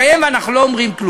וכי הדבר ראוי להידון בנפרד ובכובד